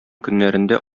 көннәрендә